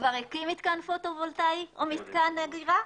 כבר הקים מתקן פוטו וולטאי או מתקן אגירה,